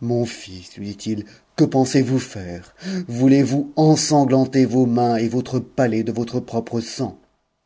mon fils lui dit-il que pensez-vous faire voûtez vous ensanglanter vos mains et votre palais de votre propre sang